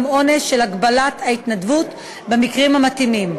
עונש של הגבלת התנדבות במקרים המתאימים.